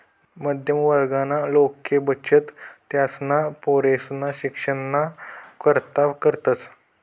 मध्यम वर्गना लोके बचत त्यासना पोरेसना शिक्षणना करता करतस